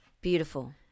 Beautiful